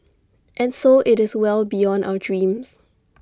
and so IT is well beyond our dreams